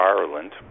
Ireland